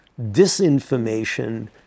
disinformation